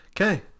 Okay